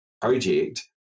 project